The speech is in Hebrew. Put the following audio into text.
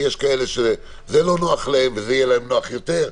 כי יש כאלה שזה לא נוח להם וזה יהיה להם נוח יותר,